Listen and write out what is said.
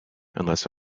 unless